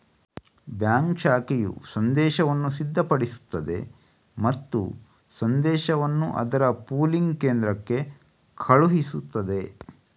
bank ಶಾಖೆಯು ಸಂದೇಶವನ್ನು ಸಿದ್ಧಪಡಿಸುತ್ತದೆ ಮತ್ತು ಸಂದೇಶವನ್ನು ಅದರ ಪೂಲಿಂಗ್ ಕೇಂದ್ರಕ್ಕೆ ಕಳುಹಿಸುತ್ತದೆ